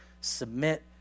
submit